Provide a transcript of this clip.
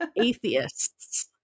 atheists